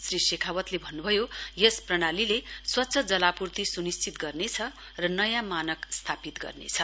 श्री शेखावतले भन्नुभयो यस प्रणालीले स्वच्छ जलापूर्ति सुनिश्चित गर्नेछ र नयाँ मानक स्थापित गर्नेछ